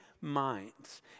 minds